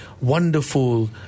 wonderful